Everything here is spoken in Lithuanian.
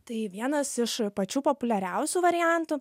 tai vienas iš pačių populiariausių variantų